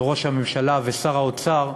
לראש הממשלה ולשר האוצר,